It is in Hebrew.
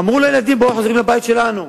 אמרו לילדים, בואו, חוזרים לבית שלנו.